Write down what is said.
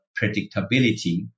predictability